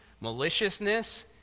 maliciousness